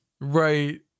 Right